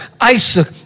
Isaac